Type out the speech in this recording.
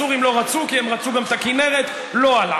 הסורים לא רצו, כי הם רצו גם את הכינרת, לא הלך.